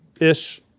ish